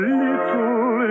little